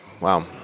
Wow